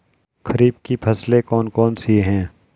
खरीफ की फसलें कौन कौन सी हैं?